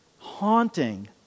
haunting